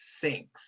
sinks